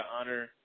honor